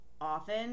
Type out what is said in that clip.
often